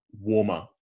warmer